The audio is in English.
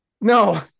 No